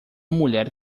mulher